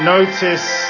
Notice